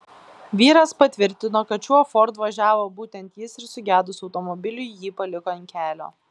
vyras patvirtino kad šiuo ford važiavo būtent jis ir sugedus automobiliui jį paliko ant kelio